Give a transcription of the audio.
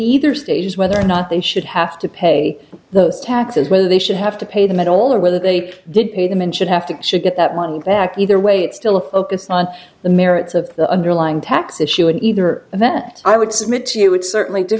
either stays whether or not they should have to pay those taxes whether they should have to pay them at all or whether they did pay them and should have to should get that money back either way it's still a focus on the merits of the underlying tax issue either and that i would submit to you would certainly d